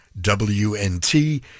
WNT